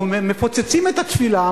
או מפוצצים את התפילה,